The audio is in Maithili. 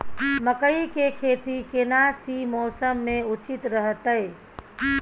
मकई के खेती केना सी मौसम मे उचित रहतय?